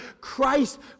Christ